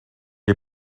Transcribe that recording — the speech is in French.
est